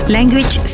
Language